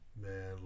Man